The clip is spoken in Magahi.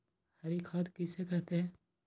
हरी खाद किसे कहते हैं?